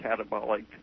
catabolic